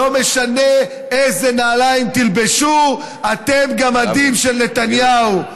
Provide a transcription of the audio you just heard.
לא משנה איזה נעליים תלבשו, אתם גמדים של נתניהו,